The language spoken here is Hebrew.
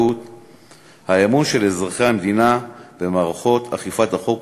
במידת האמון של אזרחי המדינה במערכות אכיפת החוק,